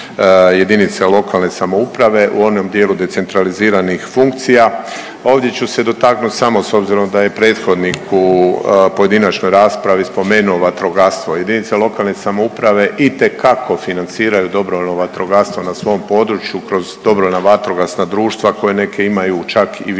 a tiče se financiranja JLS u onom dijelu decentraliziranih funkcija. Ovdje ću se dotaknut samo s obzirom da je prethodnik u pojedinačnoj raspravi spomenuo vatrogastvo, JLS itekako financiraju dobrovoljno vatrogastvo na svom području kroz DVD koje neke imaju čak i više